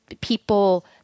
people